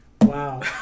Wow